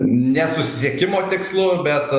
ne susisiekimo tikslu bet